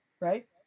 right